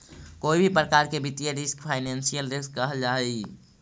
कोई भी प्रकार के वित्तीय रिस्क फाइनेंशियल रिस्क कहल जा हई